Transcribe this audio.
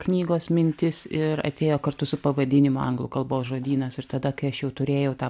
knygos mintis ir atėjo kartu su pavadinimu anglų kalbos žodynas ir tada kai aš jau turėjau tą